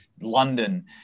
London